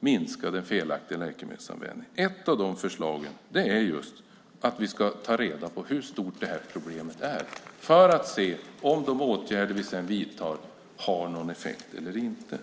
minska den felaktiga läkemedelsanvändningen. Ett av de förslagen är just att vi ska ta reda på hur stort problemet är så att vi kan se om de åtgärder vi vidtar har någon effekt eller inte.